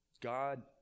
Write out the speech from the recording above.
God